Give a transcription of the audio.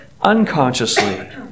unconsciously